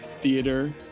theater